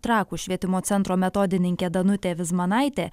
trakų švietimo centro metodininkė danutė vizmanaitė